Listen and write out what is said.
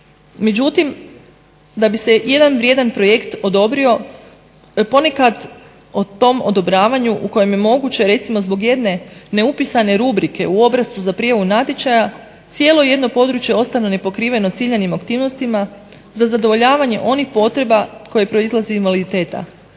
Međutim, da bi se jedan vrijedan projekt odobrio, ponekad o tom odobravanju u kojem je moguće recimo zbog jedne neupisane rubrike u obrascu za prijavu natječaja cijelo jedno područje ostane nepokriveno ciljanim aktivnostima za zadovoljavanje onih potreba koje proizlazi iz invaliditeta.